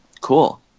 Cool